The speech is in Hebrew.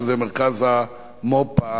שזה מרכז המו"פ,